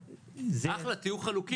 אחלה, תהיו חלוקים.